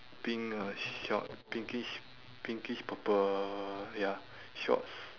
pink uh short pinkish pinkish purple ya shorts